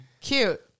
Cute